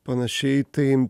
panašiai tai